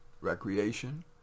recreation